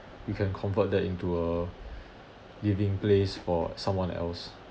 you can convert that into a living place for someone else